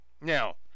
now